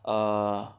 err